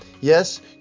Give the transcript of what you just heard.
Yes